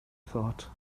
thought